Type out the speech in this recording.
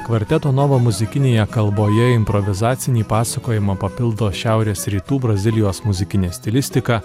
kvarteto novo muzikinėje kalboje improvizacinį pasakojimą papildo šiaurės rytų brazilijos muzikinė stilistika